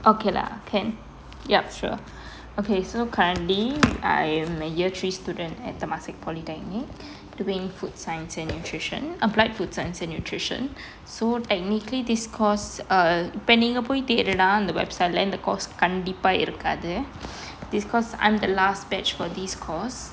okay lah can yep sure okay so currently I'm a year three student at temasek polytechnic doing food science and nutrition applied food science and nutrition so technically this course err இப்ப நீங்க போய் தேடுனா அந்த:ippa neenga poi theduna antha website ல இந்த:le intha course கண்டிப்பா இருக்காது:kandippa irukkathu this course I'm the last batch for this course